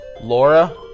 Laura